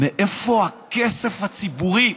מאיפה הכסף הציבורי?